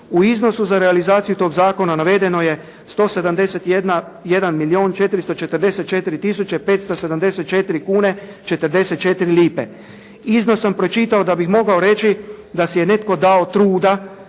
U iznosu za realizaciju tog zakona navedeno je 171 milijun 444 tisuće 574 kune 44 lipe. Iznos sam pročitao da bih mogao reći da si je netko dao truda